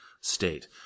state